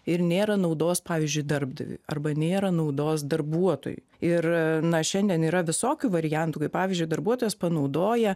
ir nėra naudos pavyzdžiui darbdaviui arba nėra naudos darbuotojui ir na šiandien yra visokių variantų kai pavyzdžiui darbuotojas panaudoja